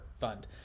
fund